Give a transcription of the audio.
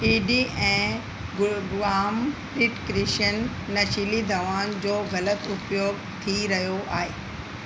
D ई ऐं गुल गुआम पिटक्रिशन नशीली दवाउनि जो ग़लति उपयोगु थी रहियो आहे